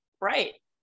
right